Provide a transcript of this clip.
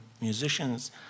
musicians